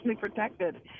protected